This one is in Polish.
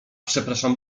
przepraszam